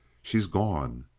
she's gone!